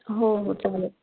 हो हो चालेल